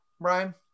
brian